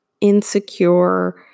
insecure